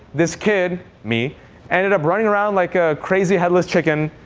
this kid me ended up running around like a crazy, headless chicken,